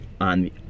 on